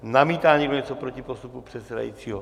Namítá někdo něco proti postupu předsedajícího?